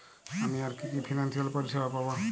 আমি আর কি কি ফিনান্সসিয়াল পরিষেবা পাব?